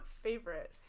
favorite